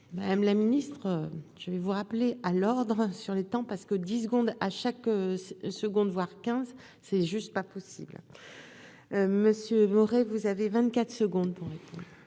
madame la ministre, je vais vous rappeler à l'ordre sur le temps parce que 10 secondes à chaque seconde, voire 15 c'est juste pas possible monsieur Morin, vous avez 24 secondes. Bien en